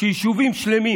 שיישובים שלמים